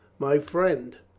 my friend.